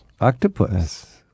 Octopus